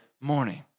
morning